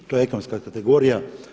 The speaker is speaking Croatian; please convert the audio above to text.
To je ekonomska kategorija.